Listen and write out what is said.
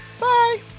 bye